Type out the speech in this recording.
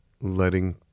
letting